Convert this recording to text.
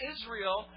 Israel